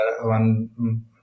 one